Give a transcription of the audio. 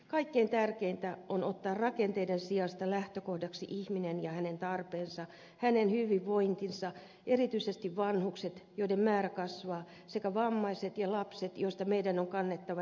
kaikkein tärkeintä on ottaa rakenteiden sijasta lähtökohdaksi ihminen ja hänen tarpeensa hänen hyvinvointinsa erityisesti vanhukset joiden määrä kasvaa sekä vammaiset ja lapset joista meidän on kannettava erityinen vastuu